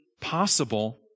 possible